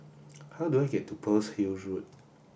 how do I get to Pearl's Hill Road